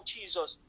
Jesus